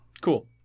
Cool